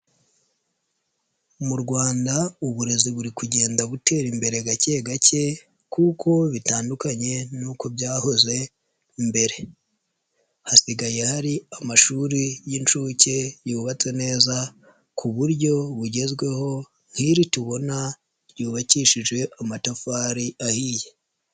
Mu Rwanda uburezi buri kugenda butera imbere gake gake kuko bitandukanye nuko byahoze mbere, hasigaye hari amashuri y'inshuke yubatse neza ku buryo bugezweho nk'iri tubona ryubakishije amatafari ahiye.